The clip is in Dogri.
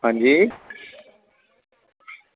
आं जी